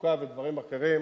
תחזוקה ודברים אחרים,